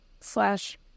slash